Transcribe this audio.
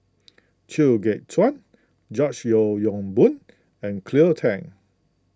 Chew Kheng Chuan George Yeo Yong Boon and Cleo Thang